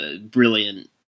brilliant